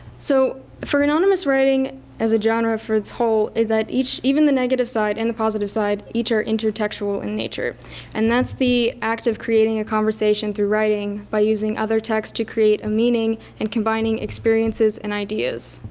so for anonymous writing as a genre for its whole, is that even the negative side and the positive side, each are intertextual in nature and that's the act of creating a conversation through writing by using other texts to create a meaning and combining experiences and ideas.